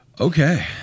Okay